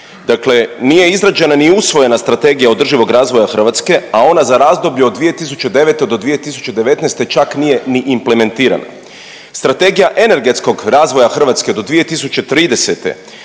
Dakle, nije izrađena ni usvojena Strategija održivog razvoja Hrvatske, a ona za razdoblje od 2009. do 2019. čak nije ni implementirana. Strategija energetskog razvoja Hrvatske do 2030.